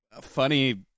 funny